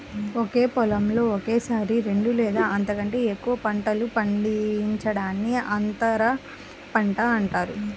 ఒకే పొలంలో ఒకేసారి రెండు లేదా అంతకంటే ఎక్కువ పంటలు పండించడాన్ని అంతర పంట అంటారు